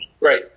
Right